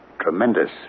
tremendous